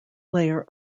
layer